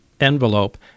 envelope